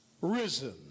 risen